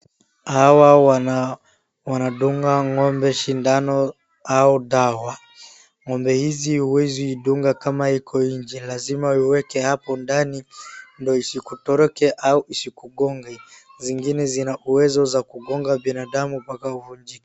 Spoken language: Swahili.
Hawa wanadunga ng'ombe sindano au dawa, ng'ombe hizi huwezi dunga kama iko nje, lazima uiweke hapo ndani, ndio isikutoroke au isikugonge, zingine zina uwezo za kugonga binadamu mpaka uvunjike.